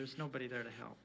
there's nobody there to help